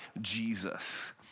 Jesus